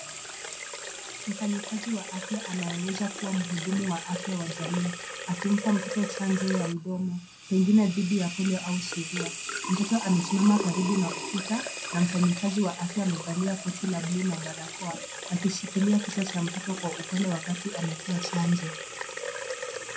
Mfanyikazi wa afya anayeweza kuwa mhudumu wa afya wa jamii, akimpa mtoto chanjo ya mdomo pengine dhidi ya Polio au Suruwa.,\Mtoto amesimama karibu na ukuta na mfanyikazi wa afya amevalia koti la buluu na barakoa, akishikilia kichwa cha mtoto kwa upole wakati anatoa chanjo.